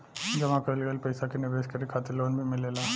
जामा कईल गईल पईसा के निवेश करे खातिर लोन भी मिलेला